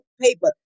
paper